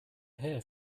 hair